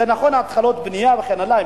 זה נכון, התחלות בנייה, וכן הלאה.